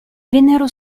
vennero